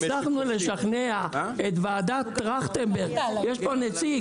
הצלחנו לשכנע את ועדת טרכטנברג יש פה נציג,